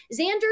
Xander